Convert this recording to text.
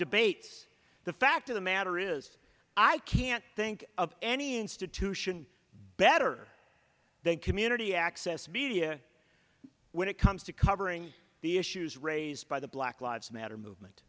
debates the fact of the matter is i can't think of any institution better than community access media when it comes to covering the issues raised by the black lives matter movement